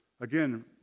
again